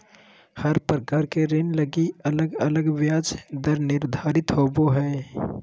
हर प्रकार के ऋण लगी अलग अलग ब्याज दर निर्धारित होवो हय